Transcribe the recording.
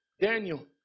Daniel